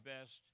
best